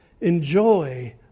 Enjoy